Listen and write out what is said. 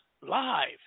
live